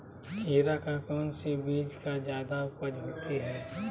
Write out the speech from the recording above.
खीरा का कौन सी बीज का जयादा उपज होती है?